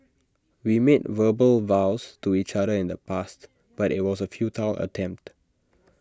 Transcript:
we made verbal vows to each other in the past but IT was A futile attempt